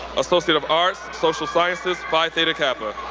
associate of arts, social sciences, phi theta kappa.